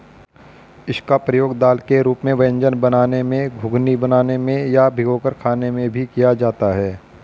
इसका प्रयोग दाल के रूप में व्यंजन बनाने में, घुघनी बनाने में या भिगोकर खाने में भी किया जाता है